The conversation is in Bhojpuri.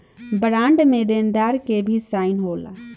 बॉन्ड में देनदार के भी साइन होला